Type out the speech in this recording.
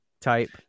Type